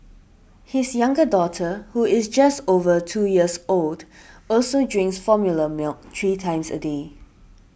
his younger daughter who is just over two years old also drinks formula milk three times a day